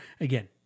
Again